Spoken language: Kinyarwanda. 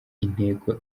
intego